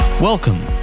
Welcome